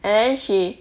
and then she